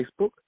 Facebook